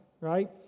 right